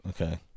Okay